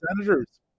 Senators